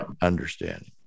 understanding